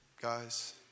guys